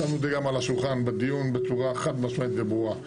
שמנו את זה גם על השולחן בדיון בצורה חד משמעית וברורה,